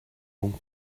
donc